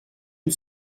une